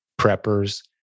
preppers